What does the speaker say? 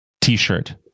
t-shirt